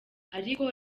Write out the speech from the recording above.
ariko